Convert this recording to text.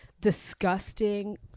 disgusting